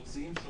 מוציאים,